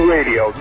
Radio